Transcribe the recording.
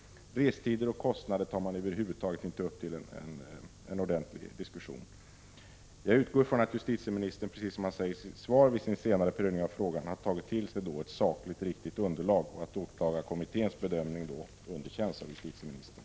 Frågor om restider och kostnader tar man över huvud taget inte upp till en ordentlig diskussion. Jag utgår från att justitieministern, precis som han säger i svaret, vid sin senare prövning av frågan har tagit till sig ett sakligt riktigt underlag och att åklagarkommitténs bedömning då underkänns av justitieministern.